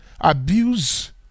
abuse